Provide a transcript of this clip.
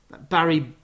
Barry